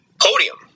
podium